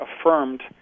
affirmed